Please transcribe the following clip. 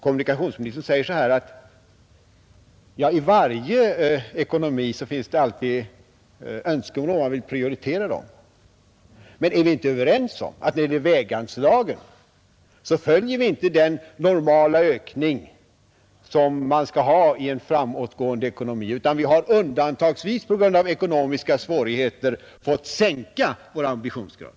Kommunikationsministern säger att det i varje ekonomiskt sammanhang finns önskemål som man vill prioritera. Men är vi inte överens om att när det gäller väganslagen följer vi inte den normala ökning som man bör ha i en framåtgående ekonomi utan vi har på grund av ekonomiska svårigheter undantagsvis fått sänka vår ambitionsgrad.